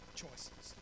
choices